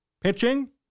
Pitching